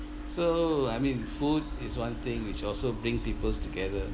so I mean food is one thing which also bring people together